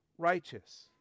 righteous